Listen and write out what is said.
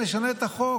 נשנה את החוק.